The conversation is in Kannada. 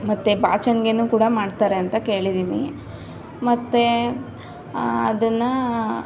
ಮತ್ತು ಬಾಚಣಿಗೆಯೂ ಕೂಡ ಮಾಡ್ತಾರೆ ಅಂತ ಕೇಳಿದ್ದೀನಿ ಮತ್ತು ಅದನ್ನು